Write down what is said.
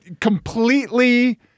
completely